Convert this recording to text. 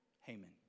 Haman